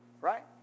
right